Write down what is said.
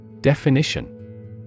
Definition